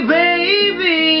baby